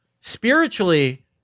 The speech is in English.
Spiritually